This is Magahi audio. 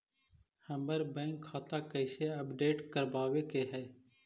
हमर बैंक खाता कैसे अपडेट करबाबे के है?